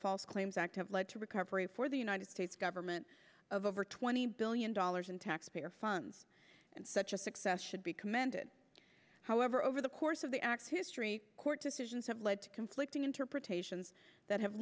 false claims act have led to recovery for the united states government of over twenty billion dollars in taxpayer funds such a success should be commended however over the course of the act history court decisions have led to conflicting interpretations that have